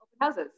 houses